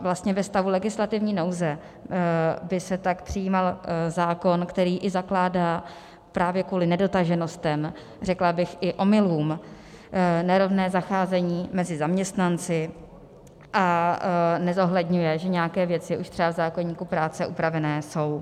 Vlastně ve stavu legislativní nouze by se tak přijímal zákon, který i zakládá právě kvůli nedotaženostem, řekla bych i omylům, nerovné zacházení mezi zaměstnanci a nezohledňuje, že nějaké věci už třeba v zákoníku práce upraveny jsou.